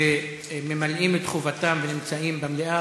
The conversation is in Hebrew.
שממלאים את חובתם ונמצאים במליאה.